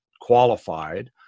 qualified